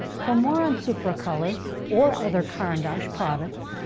for more on supracolor or other caran d'ache products,